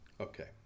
Okay